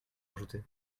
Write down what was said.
rajouter